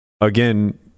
again